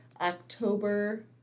October